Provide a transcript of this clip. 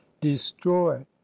destroy